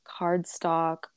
cardstock